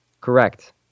Correct